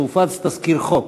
הופץ תזכיר חוק.